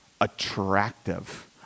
attractive